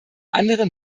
anderen